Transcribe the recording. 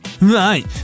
Right